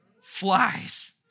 Flies